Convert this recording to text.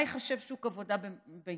מה ייחשב שוק עבודה במיטבו,